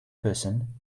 person